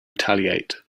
retaliate